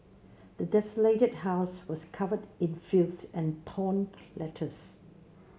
the desolated house was covered in filth and torn letters